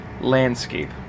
landscape